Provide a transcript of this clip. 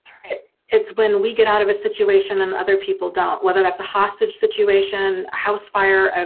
it's when we get out of a situation and other people don't, whether that's a hostage situation, house fire, ah